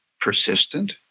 persistent